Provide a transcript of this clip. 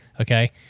okay